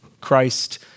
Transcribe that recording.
Christ